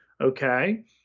okay